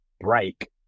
break